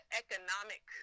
economic